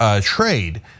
trade